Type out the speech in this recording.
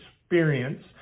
experience